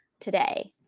today